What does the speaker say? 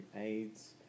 AIDS